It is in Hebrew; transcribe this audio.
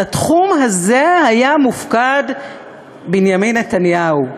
על התחום הזה היה מופקד בנימין נתניהו,